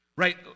Right